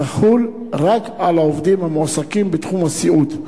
תחול רק על העובדים המועסקים בתחום הסיעוד.